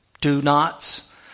do-nots